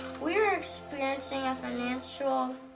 we are experiencing a financial.